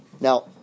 Now